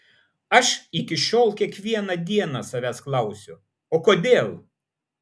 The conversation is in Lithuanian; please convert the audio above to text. aš iki šiol kiekvieną dieną savęs klausiu o kodėl